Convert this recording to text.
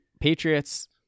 Patriots